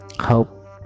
hope